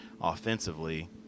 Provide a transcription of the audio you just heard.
offensively